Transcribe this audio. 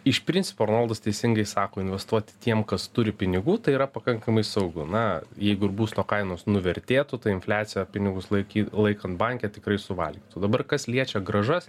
iš principo arnoldas teisingai sako investuoti tiem kas turi pinigų tai yra pakankamai saugu na jeigu ir būsto kainos nuvertėtų ta infliacija pinigus laikyt laikan banke tikrai suvalgytų dabar kas liečia grąžas